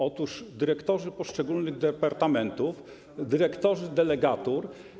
Otóż dyrektorzy poszczególnych departamentów, dyrektorzy delegatur.